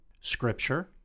Scripture